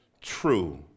true